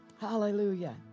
Hallelujah